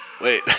Wait